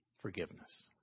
forgiveness